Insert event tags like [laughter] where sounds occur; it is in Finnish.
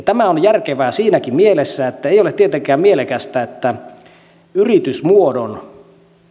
[unintelligible] tämä on järkevää siinäkin mielessä että ei ole tietenkään mielekästä että yritysmuodon